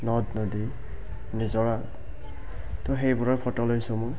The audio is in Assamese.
নদ নদী নিজৰা তো সেইবোৰেই ফটো লৈছোঁ মই